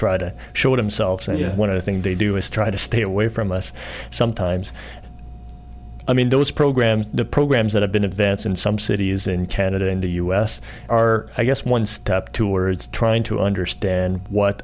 try to show themselves and one of the thing they do is try to stay away from us sometimes i mean those programs the programs that have been advanced in some cities in canada and the us are i guess one step towards trying to understand what